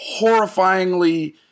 horrifyingly